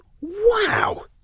Wow